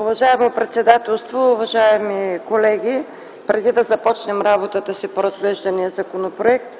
Уважаемо председателство, уважаеми колеги! Преди да започнем работата си по разглеждания законопроект,